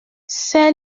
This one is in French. ces